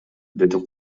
деди